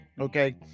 Okay